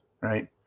right